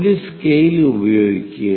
ഒരു സ്കെയിൽ ഉപയോഗിക്കുക